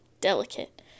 delicate